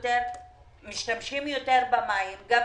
משתמשים יותר במים, מה